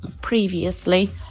previously